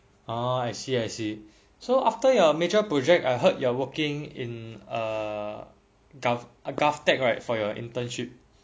ah I see I see so after your major project I heard you are working in a gov~ a govtech right for your internship